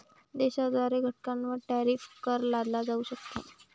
देशाद्वारे घटकांवर टॅरिफ कर लादला जाऊ शकतो